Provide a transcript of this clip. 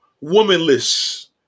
womanless